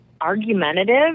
argumentative